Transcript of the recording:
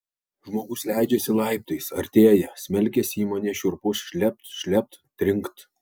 žmogus leidžiasi laiptais artėja smelkiasi į mane šiurpus šlept šlept trinkt